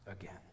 again